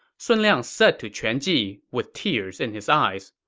sun liang said to quan ji with tears in his eyes,